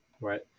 right